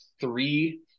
three